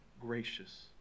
gracious